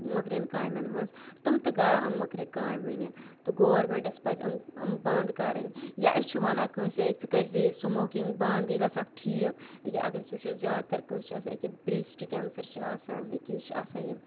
مٔکرین کامیٚن منٛز تِم تہِ کران أمۍ مٔکرِ کامہِ ؤنہِ تہٕ گورمینٹَس پَزِ أمۍ أمۍ بَنٛد کَرٕنۍ یا أسۍ چھِ وَنان کٲنٛسہِ ہے ژٕ کٔرۍ زِ یہِ سٔموکِنٛگ بَنٛد یہِ گژھکھ ٹھیٖک یہِ اَگر أسۍ وُچھو زیادٕ تر کٲنٛسہِ چھِ آسان یہِ کیٛاہ برٛیسٹ کینسر چھُ آسان یہِ کیٛاہ یہِ چھُ آسان